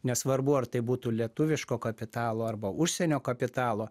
nesvarbu ar tai būtų lietuviško kapitalo arba užsienio kapitalo